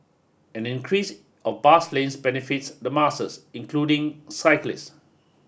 an increase of bus lanes benefits the masses including cyclists